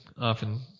often